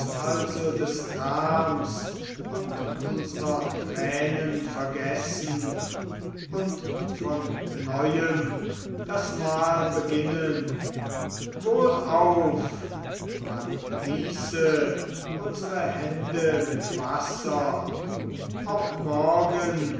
also des grams und unserer tränen vergessen und von neuem das mahl beginnen wohlauf man begieße unsere hände mit wasser auch morgen